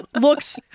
looks